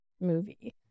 movie